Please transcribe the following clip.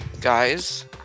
Guys